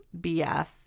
BS